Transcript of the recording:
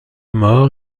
mort